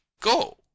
go